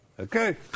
Okay